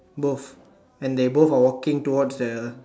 both and they both are walking towards the